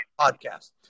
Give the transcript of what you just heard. podcast